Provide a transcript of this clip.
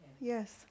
Yes